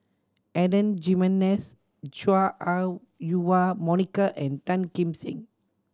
Adan Jimenez Chua Ah Huwa Monica and Tan Kim Seng